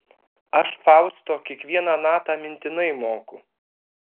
aš fausto kiekvieną natą mintinai moku